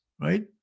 right